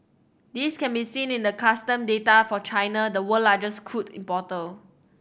this can be seen in the custom data for China the world largest crude importer